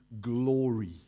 glory